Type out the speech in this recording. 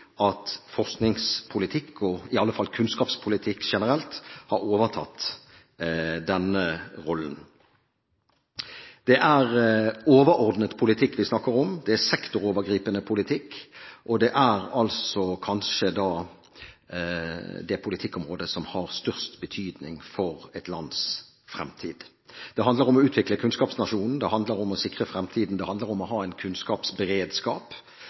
at forskningspolitikk – i alle fall kunnskapspolitikk generelt – har overtatt denne rollen. Det er overordnet politikk vi snakker om. Det er sektorovergripende politikk, og det er det kanskje det politikkområde som har størst betydning for et lands fremtid. Det handler om å utvikle kunnskapsnasjonen, det handler om å sikre fremtiden, og det handler om å ha en kunnskapsberedskap